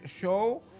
show